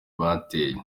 bateye